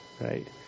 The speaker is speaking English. right